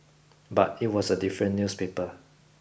but it was a different newspaper